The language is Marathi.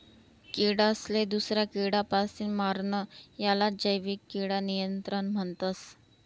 किडासले दूसरा किडापासीन मारानं यालेच जैविक किडा नियंत्रण म्हणतस